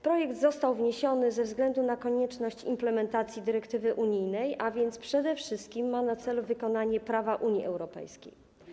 Projekt został wniesiony ze względu na konieczność implementacji dyrektywy unijnej, a więc ma na celu przede wszystkim wykonanie prawa Unii Europejskiej.